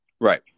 Right